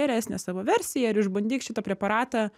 geresnę savo versiją išbandyk šitą preparatą